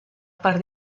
per